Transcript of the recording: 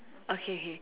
okay okay